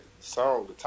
song